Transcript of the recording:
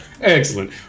Excellent